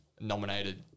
nominated